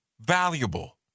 valuable